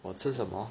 我吃什么